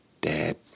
Dad